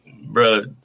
bro